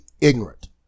ignorant